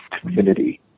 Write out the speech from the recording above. Community